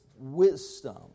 Wisdom